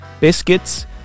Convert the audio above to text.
biscuits